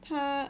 他